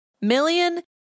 million